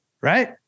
right